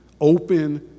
Open